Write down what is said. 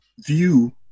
view